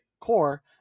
core